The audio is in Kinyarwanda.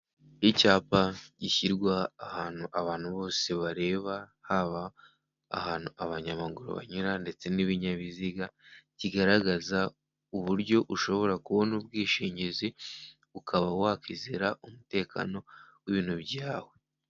Icyapa gishyirwa ahantu abantu bose bareba haba ahantu abanyamaguru banyura ndetse n'ibinyabiziga, kigaragaza uburyo ushobora kubona ubwishingizi ukaba wakwizera umutekano w'ibintu byawe.